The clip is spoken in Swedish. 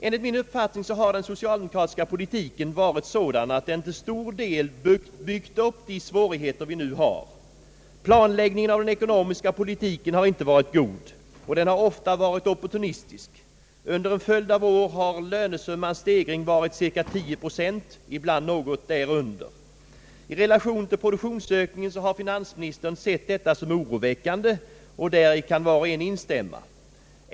Enligt min uppfattning har den socialdemokratiska politiken varit sådan att den till stor del byggt upp de svårigheter vi nu har. Planläggningen av den ekonomiska politiken har inte varit god, och den har ofta varit opportunistisk. Under en följd av år har lönesummans stegring varit cirka 10 procent, ibland något därunder. I relation till produktionsökningen har finansministern sett detta som oroväckande, och däri kan var och en instämma.